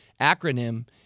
acronym